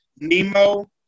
Nemo